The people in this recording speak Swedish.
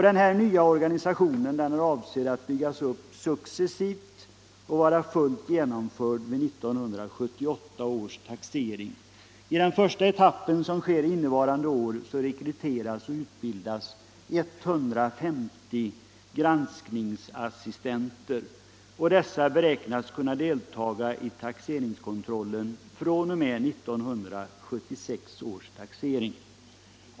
Denna nya organisation är avsedd att byggas upp successivt och vara fullt genomförd vid 1978 års taxering. I den första etappen, som sker innevarande år, rekryteras och utbildas 150 granskningsassistenter, och dessa beräknas kunna delta i granskningskontrollen fr.o.m. 1976 års taxering.